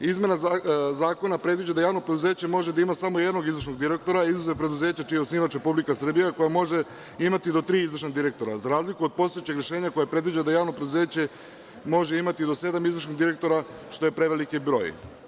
Izmena zakona predviđa da javno preduzeće može da ima samo jednog izvršnog direktora, izuzev preduzeća čiji je osnivač Republika Srbija, koja može imati do tri izvršna direktora, za razliku od postojećeg rešenja koje predviđa da javno preduzeće može imati do sedam izvršnih direktora, što je preveliki broj.